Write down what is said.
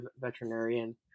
veterinarian